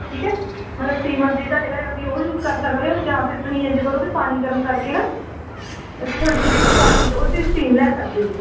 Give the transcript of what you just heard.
ਠੀਕ ਹੈ ਮਤਲਬ ਸਟੀਮਰ ਜੇ ਤੁਹਾਡੇ ਘਰ ਹੈਗਾ ਤੁਸੀਂ ਉਹ ਯੂਜ਼ ਕਰ ਸਕਦੇ ਹੋ ਜਾਂ ਫਿਰ ਤੁਸੀਂ ਇੰਝ ਕਰੋ ਕਿ ਪਾਣੀ ਗਰਮ ਕਰਕੇ ਨਾ ਵਿੱਚ ਥੋੜ੍ਹੀ ਜਿਹੀ ਵਿਕਸ ਪਾ ਕੇ ਅਤੇ ਉਹਦੀ ਤੁਸੀਂ ਸਟੀਮ ਲੈ ਸਕਦੇ ਜੋ